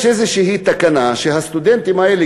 יש איזו תקנה שהסטודנטים האלה,